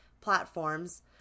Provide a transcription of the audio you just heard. platforms